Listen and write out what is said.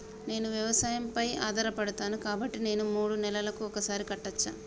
నేను వ్యవసాయం పై ఆధారపడతాను కాబట్టి నేను మూడు నెలలకు ఒక్కసారి కట్టచ్చా?